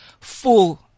full